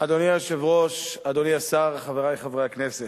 אדוני היושב-ראש, אדוני השר, חברי חברי הכנסת,